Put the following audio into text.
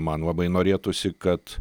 man labai norėtųsi kad